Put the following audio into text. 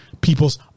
people's